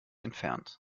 entfernt